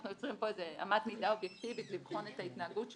אנחנו יוצרים פה איזה אמת מידה אובייקטיבית לבחון את ההתנהגות שלו.